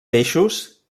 peixos